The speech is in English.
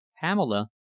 Pamela